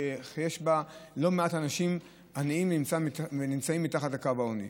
שיש בה לא מעט אנשים עניים שנמצאים מתחת לקו העוני,